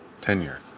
tenure